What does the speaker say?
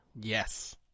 Yes